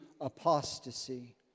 apostasy